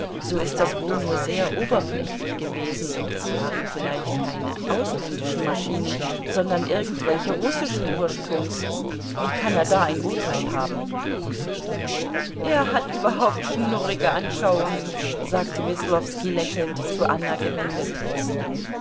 so ist das wohl nur sehr oberflächlich gewesen und es waren vielleicht keine ausländischen maschinen sondern irgendwelche russischen ursprungs wie kann er da ein urteil haben er hat überhaupt schnurrige anschauungen sagte weslowski lächelnd zu anna gewendet